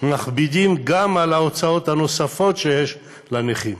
מכבידה גם על ההוצאות הנוספות שיש לנכים.